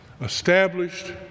established